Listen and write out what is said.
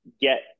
get